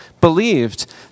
believed